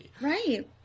Right